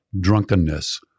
drunkenness